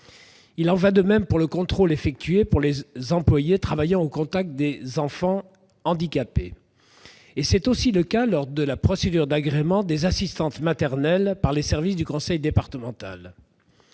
Il en va de même pour le contrôle effectué pour les employés travaillant au contact des enfants handicapés. C'est aussi le cas lors de la procédure d'agrément des assistantes maternelles par les services du conseil départemental.